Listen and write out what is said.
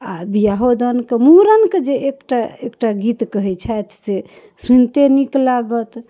आओर बिआहो दान मूड़नके जे एकटा एकटा गीत कहै छथि से सुनिते नीक लागत